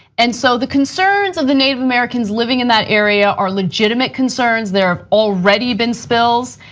and so, the concerns of the native americans living in that area are legitimate concerns, there have already been spills,